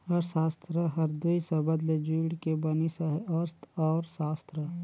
अर्थसास्त्र हर दुई सबद ले जुइड़ के बनिस अहे अर्थ अउ सास्त्र